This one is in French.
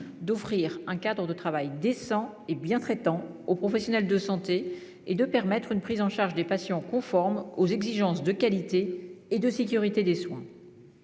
« offrir un cadre de travail décent et bientraitant aux professionnels de santé » et à « permettre une prise en charge des patients conforme aux exigences de qualité et de sécurité des soins